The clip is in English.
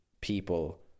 people